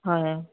হয়